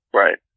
right